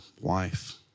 wife